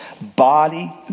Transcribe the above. body